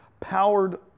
Powered